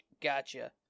Gotcha